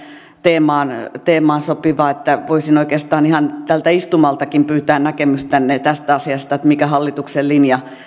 teemaan teemaan sopiva että voisin oikeastaan ihan tältä istumaltakin pyytää näkemystänne tästä asiasta mikä hallituksen linja